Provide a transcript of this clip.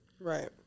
Right